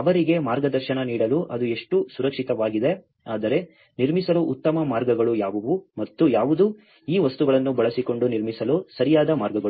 ಅವರಿಗೆ ಮಾರ್ಗದರ್ಶನ ನೀಡಲು ಅದು ಎಷ್ಟು ಸುರಕ್ಷಿತವಾಗಿದೆ ಆದರೆ ನಿರ್ಮಿಸಲು ಉತ್ತಮ ಮಾರ್ಗಗಳು ಯಾವುವು ಮತ್ತು ಯಾವುದು ಈ ವಸ್ತುಗಳನ್ನು ಬಳಸಿಕೊಂಡು ನಿರ್ಮಿಸಲು ಸರಿಯಾದ ಮಾರ್ಗಗಳು